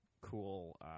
cool